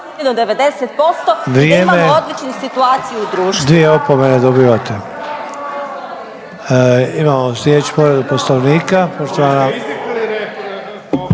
(HDZ)** Dvije opomene dobivate. Imamo slijedeću povredu Poslovnika,